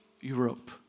Europe